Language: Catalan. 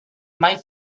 mai